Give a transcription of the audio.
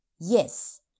yes